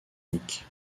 nic